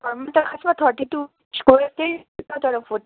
घरमा त खासमा थर्टी टु तर फोर्टी